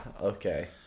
okay